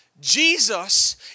Jesus